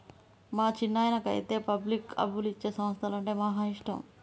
మా చిన్నాయనకైతే పబ్లిక్కు అప్పులిచ్చే సంస్థలంటే మహా ఇష్టం